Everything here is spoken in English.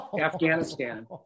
Afghanistan